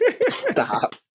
Stop